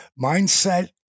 Mindset